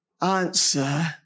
answer